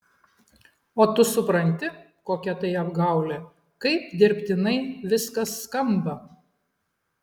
o tu supranti kokia tai apgaulė kaip dirbtinai viskas skamba